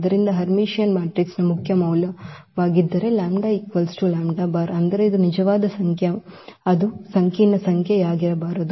ಆದ್ದರಿಂದ ಹರ್ಮಿಟಿಯನ್ ಮ್ಯಾಟ್ರಿಕ್ಸ್ನ ಮುಖ್ಯ ಮೌಲ್ಯವಾಗಿದ್ದರೆ λ λ ̅ ಅಂದರೆ ಇದು ನಿಜವಾದ ಸಂಖ್ಯೆ ಅದು ಸಂಕೀರ್ಣ ಸಂಖ್ಯೆಯಾಗಿರಬಾರದು